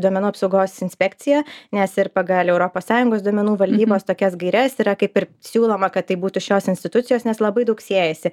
duomenų apsaugos inspekcija nes ir pagal europos sąjungos duomenų valdybos tokias gaires yra kaip ir siūloma kad tai būtų šios institucijos nes labai daug siejasi